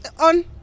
on